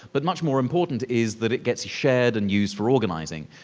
but much more important is that it gets shared and used for organizing.